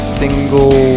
single